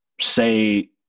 Say